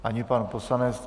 Ani pan poslanec.